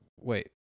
wait